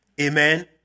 Amen